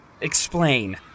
Explain